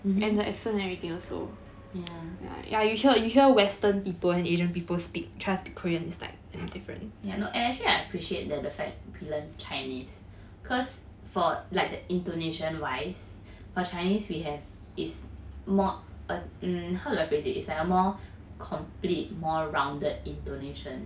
yeah yeah I know and I appreciate the fact that we learn chinese cause for like the intonation wise for chinese we have is more err how do I phrase it it's like more complete more rounded intonation